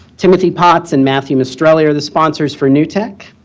timothy potts and matthew mistrelli are the sponsors for new tech.